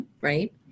right